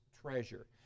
treasure